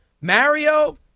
Mario